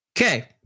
Okay